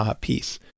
piece